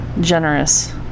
generous